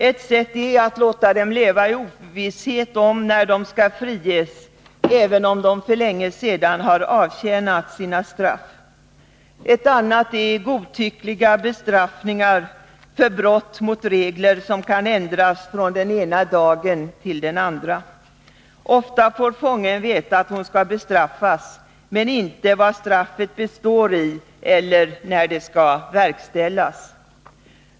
Ett sätt är att låta dem leva i ovisshet om när de skall friges, även om de för länge sedan har avtjänat sina straff. Ett annat sätt är godtyckliga bestraffningar för brott mot regler som kan ändras från den ena dagen till den andra. Ofta får fången veta att hon skall bestraffas men inte vad straffet består i eller när det skall verkställas.